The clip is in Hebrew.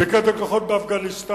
פיקד על כוחות באפגניסטן,